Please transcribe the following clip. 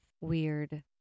weird